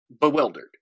bewildered